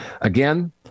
Again